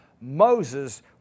Moses